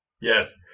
Yes